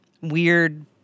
weird